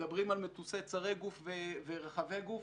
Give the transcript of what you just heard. מדברים על מטוסים צרי גוף ורחבי גוף